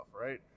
right